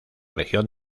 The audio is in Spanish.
región